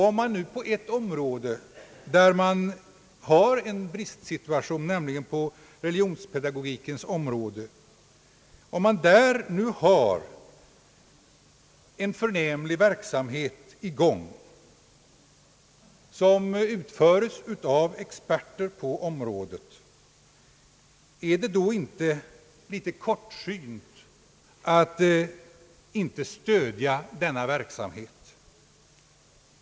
Om man nu på ett område, där det råder en bristsituation, nämligen på religionspedagogikens område, har en förnämlig verksamhet i gång, som utföres av experter — är det då inte litet kortsynt att inte stödja denna verksamhet?